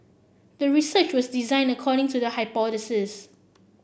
the research was designed according to the hypothesis